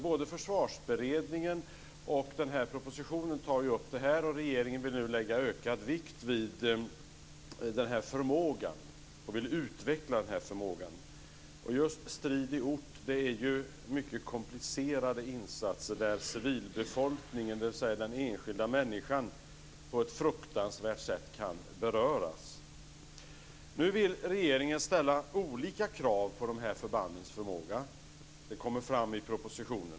Både Försvarsberedningen och regeringen i sin proposition tar upp detta, och regeringen vill nu lägga ökad vikt vid och utveckla förmågan att klara detta. Strid i ort omfattar mycket komplicerade insatser, där civilbefolkningen, dvs. den enskilda människan, på ett fruktansvärt sätt kan beröras. Det kommer i propositionen fram att regeringen nu vill ställa olika krav på förbandens förmåga.